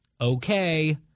okay